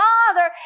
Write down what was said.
Father